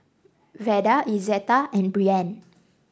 Vada Izetta and Brianne